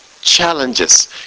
challenges